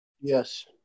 Yes